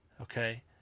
Okay